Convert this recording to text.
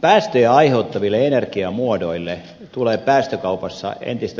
päästöjä aiheuttaville energiamuodoille tulee päästökaupassa entistä